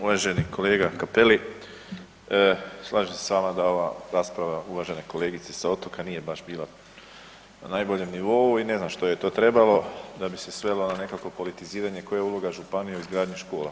Uvaženi kolega Cappelli slažem se s vama da ova … a rasprava uvažene kolegice sa otoka nije baš bila na najboljem nivou i ne znam što joj je to trebalo da bi se svelo na nekakvo politiziranje koja je uloga županije u izgradnji škola.